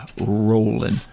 rolling